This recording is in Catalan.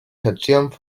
seccions